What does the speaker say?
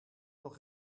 nog